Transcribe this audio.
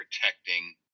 protecting